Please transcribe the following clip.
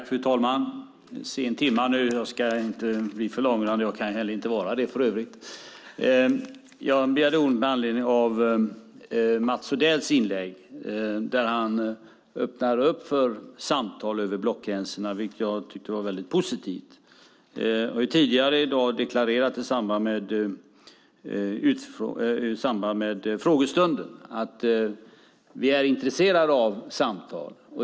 Fru talman! Jag begärde ordet med anledning av Mats Odells inlägg där han öppnar för samtal över blockgränserna, vilket jag tyckte var väldigt positivt. Jag har i dag i samband med frågestunden deklarerat att vi är intresserade av samtal.